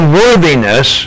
worthiness